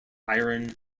iron